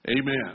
Amen